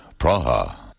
Praha